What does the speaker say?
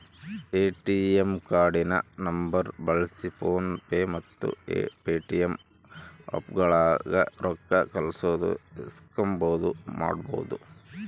ATM ಕಾರ್ಡಿನ ನಂಬರ್ನ ಬಳ್ಸಿ ಫೋನ್ ಪೇ ಮತ್ತೆ ಪೇಟಿಎಮ್ ಆಪ್ಗುಳಾಗ ರೊಕ್ಕ ಕಳ್ಸೋದು ಇಸ್ಕಂಬದು ಮಾಡ್ಬಹುದು